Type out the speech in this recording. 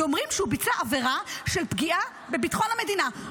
אומרים שהוא ביצע עבירה של פגיעה בביטחון המדינה,